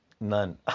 None